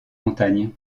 montagne